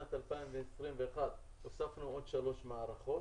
בשנת 2021 הוספנו עוד שלוש מערכות